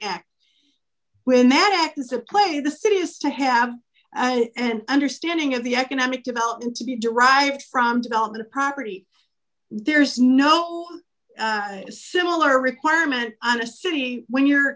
act when that act is a play the city has to have and understanding of the economic development to be derived from development of property there's no similar requirement on a city when you're